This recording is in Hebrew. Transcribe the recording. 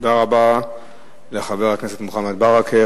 תודה רבה לחבר הכנסת מוחמד ברכה.